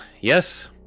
Yes